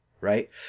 right